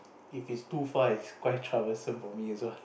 if it's too far it's quite troublesome for me as well